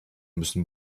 müssen